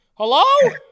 hello